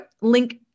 Link